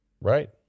Right